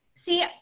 See